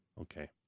Okay